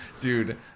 dude